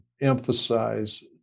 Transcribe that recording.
emphasize